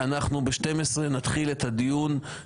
אין לי שום ביקורת על היועצת המשפטית,